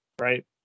right